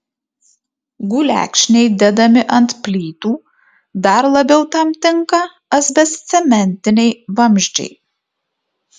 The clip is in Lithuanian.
gulekšniai dedami ant plytų dar labiau tam tinka asbestcementiniai vamzdžiai